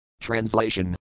Translation